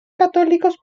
católicos